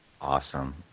Awesome